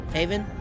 Haven